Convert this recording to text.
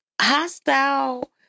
hostile